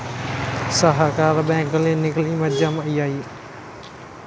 సహకార బ్యాంకులో ఎన్నికలు ఈ మధ్యనే అయ్యాయి